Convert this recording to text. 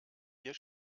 hier